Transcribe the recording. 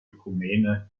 ökumene